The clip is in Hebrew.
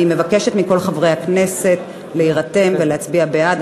אני מבקשת מכל חברי הכנסת להירתם ולהצביע בעד.